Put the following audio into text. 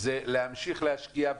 זה להמשיך להשקיע,